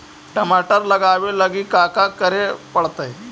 टमाटर लगावे लगी का का करये पड़तै?